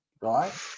Right